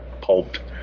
pulped